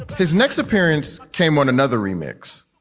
his next appearance came on another remix,